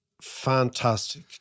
fantastic